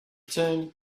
term